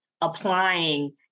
applying